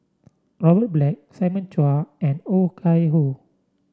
Robert Black Simon Chua and Oh Chai Hoo